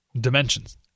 dimensions